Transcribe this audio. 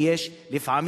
כי יש לפעמים,